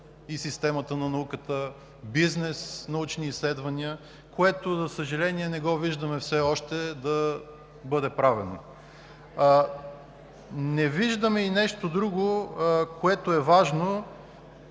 и система на науката, бизнес – научни изследвания, което, за съжаление, не виждаме все още да бъде правено. Не виждаме и нещо друго, което е важно